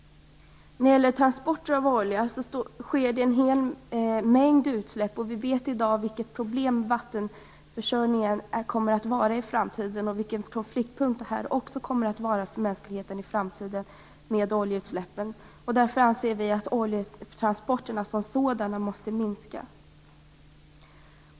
Vid transporter av olja sker en hel mängd utsläpp. Vi vet i dag vilket problem och vilken konfliktpunkt vattenförsörjningen och oljeutsläppen kommer att vara för mänskligheten i framtiden. Därför anser Vänsterpartiet att oljetransporterna som sådana måste minska.